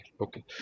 okay